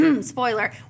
spoiler